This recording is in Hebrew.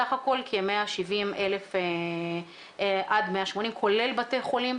סך הכול כ-170,000 עד 180,000 כולל בתי חולים.